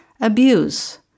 abuse